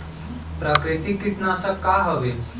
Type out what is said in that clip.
प्राकृतिक कीटनाशक का हवे?